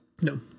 No